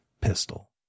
pistol